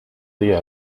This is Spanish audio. día